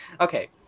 okay